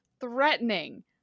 threatening